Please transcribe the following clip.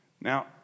Now